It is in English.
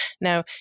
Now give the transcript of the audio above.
Now